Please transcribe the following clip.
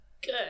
Good